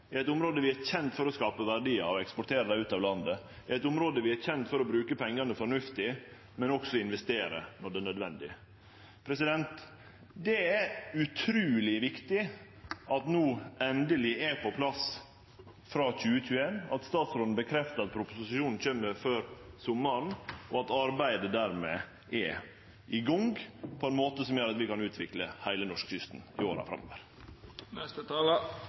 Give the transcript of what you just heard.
eit område der ein er kjend for å skape verdiar og eksportere dei ut av landet, i eit område der ein er kjend for å bruke pengane fornuftig, men også investere når det er nødvendig. Det er utruleg viktig at det no endeleg er på plass frå 2021, at statsråden bekreftar at proposisjonen kjem før sommaren, og at arbeidet dermed er i gang på ein måte som gjer at vi kan utvikle heile norskekysten i åra